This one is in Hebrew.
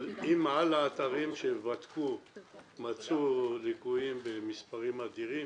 אבל אם על האתרים שבדקו מצאו ליקויים במספרים אדירים